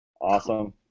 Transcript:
Awesome